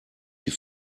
die